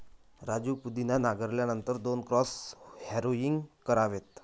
राजू पुदिना नांगरल्यानंतर दोन क्रॉस हॅरोइंग करावेत